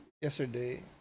yesterday